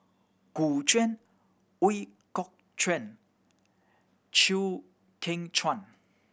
Gu Juan Ooi Kok Chuen Chew Kheng Chuan